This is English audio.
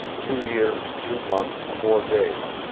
two years, two months, four days.